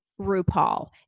RuPaul